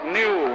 new